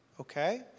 Okay